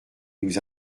nous